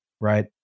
right